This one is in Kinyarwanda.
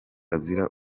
azira